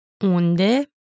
Unde